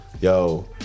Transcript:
Yo